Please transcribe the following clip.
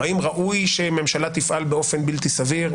או האם ראוי שממשלה תפעל באופן בלתי סביר,